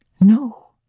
No